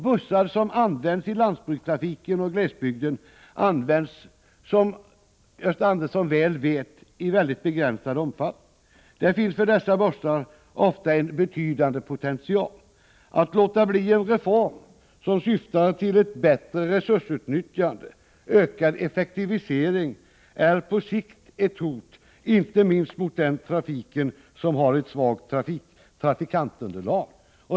Bussarna i landsbygdstrafiken och i glesbygden används, som Gösta Andersson väl vet, i mycket begränsad omfattning. För dessa bussar finns ofta en betydande potential. Att avstå från en reform som syftar till ett bättre resursutnyttjande och ökad effektivisering är på sikt ett hot inte minst mot den trafik som har ett svagt trafikantunderlag.